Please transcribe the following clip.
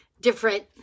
different